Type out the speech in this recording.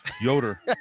Yoder